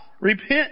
Repent